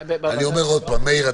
מאיר,